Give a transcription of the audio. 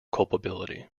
culpability